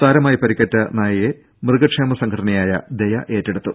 സാരമായി പരിക്കേറ്റ നായയെ മൃഗക്ഷേമ സംഘടനയായ ദയ ഏറ്റെടുത്തു